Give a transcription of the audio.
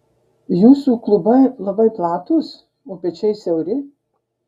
jūsų klubai labai platūs o pečiai siauri